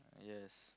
yes